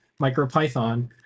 MicroPython